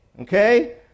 okay